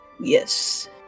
Yes